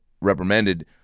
reprimanded